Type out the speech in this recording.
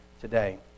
today